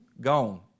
Gone